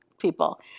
people